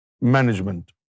management